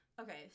Okay